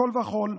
מכול וכול,